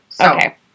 Okay